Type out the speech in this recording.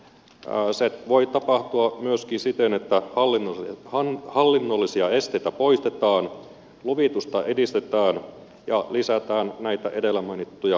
se voi tapahtua myöskin siten että hallinnollisia esteitä poistetaan luvitusta edistetään ja lisätään näitä edellä mainittuja kokeiluhankkeita